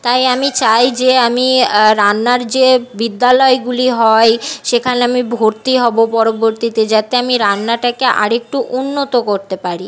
তাই আমি চাই যে আমি রান্নার যে বিদ্যালয়গুলি হয় সেখানে আমি ভর্তি হব পরবর্তীতে যাতে আমি রান্নাটাকে আরেকটু উন্নত করতে পারি